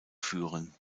führen